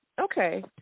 Okay